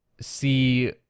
See